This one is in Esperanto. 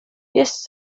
jes